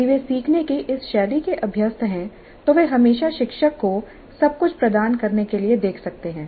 यदि वे सीखने की इस शैली के अभ्यस्त हैं तो वे हमेशा शिक्षक को सब कुछ प्रदान करने के लिए देख सकते हैं